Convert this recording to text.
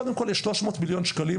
קודם כל יש 300 מיליון שקלים,